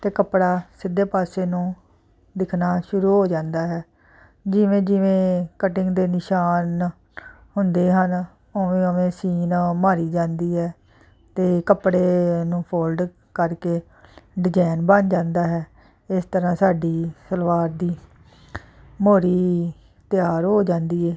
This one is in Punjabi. ਅਤੇ ਕੱਪੜਾ ਸਿੱਧੇ ਪਾਸੇ ਨੂੰ ਦਿਖਣਾ ਸ਼ੁਰੂ ਹੋ ਜਾਂਦਾ ਹੈ ਜਿਵੇਂ ਜਿਵੇਂ ਕਟਿੰਗ ਦੇ ਨਿਸ਼ਾਨ ਹੁੰਦੇ ਹਨ ਉਵੇਂ ਉਵੇਂ ਸੀਨ ਮਾਰੀ ਜਾਂਦੀ ਹੈ ਅਤੇ ਕੱਪੜੇ ਨੂੰ ਫੋਲਡ ਕਰਕੇ ਡਿਜ਼ਾਇਨ ਬਣ ਜਾਂਦਾ ਹੈ ਇਸ ਤਰ੍ਹਾਂ ਸਾਡੀ ਸਲਵਾਰ ਦੀ ਮੋਰੀ ਤਿਆਰ ਹੋ ਜਾਂਦੀ ਹੈ